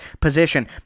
position